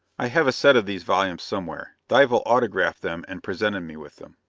i have a set of these volumes somewhere dival autographed them and presented me with them.